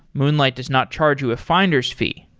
moonlight does not charge you a finder s fee.